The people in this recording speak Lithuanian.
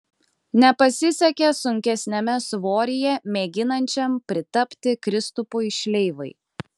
nepasisekė sunkesniame svoryje mėginančiam pritapti kristupui šleivai